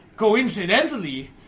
coincidentally